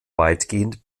weitgehend